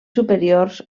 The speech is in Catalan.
superiors